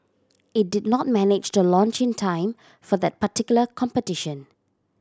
it did not manage to launch in time for that particular competition